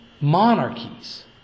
monarchies